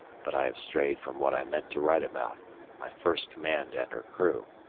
but i have strayed from what i meant to write about my first command and her crew.